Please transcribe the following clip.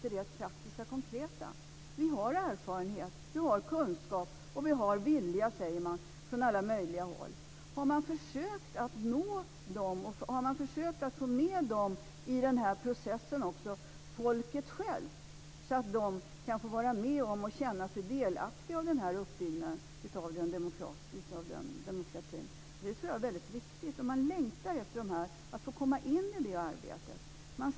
Från alla möjliga håll säger man att man har erfarenhet, kunskap och vilja. Har man försökt att nå dessa människor, folket självt, och försökt få med dem i den här processen, så att de kan vara med och känna sig delaktiga i den här uppbyggnaden av demokratin? Det tror jag är väldigt viktigt, och de längtar efter att få komma in i det arbetet.